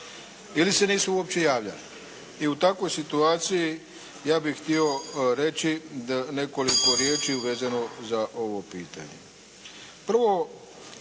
ili se nisu uopće javljali. I u takvoj situaciji ja bih htio reći da, nekoliko riječi vezano za ovo pitanje.